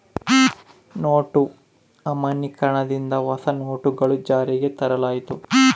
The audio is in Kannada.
ನೋಟು ಅಮಾನ್ಯೀಕರಣ ದಿಂದ ಹೊಸ ನೋಟುಗಳು ಜಾರಿಗೆ ತರಲಾಯಿತು